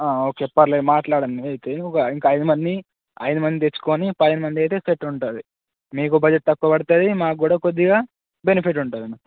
okay పర్లేదు మాట్లాడండి అయితే ఇంక ఐదు మంది ఐదు మంది తెచ్చుకొని పది మంది అయితే సెట్ ఉంటుంది మీకు బడ్జెట్ తక్కువ పడుతుంది మాకు కూడా కొద్దిగా బెనిఫిట్ ఉంటుంది